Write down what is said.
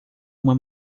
uma